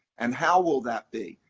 and how will that be,